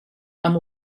amb